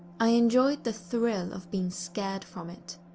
i enjoyed the thrill of being scared from it.